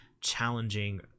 challenging